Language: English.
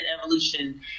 evolution